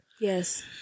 yes